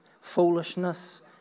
foolishness